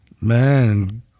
Man